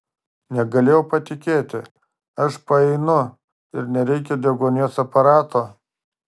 negalėjau patikėti aš paeinu ir nereikia deguonies aparato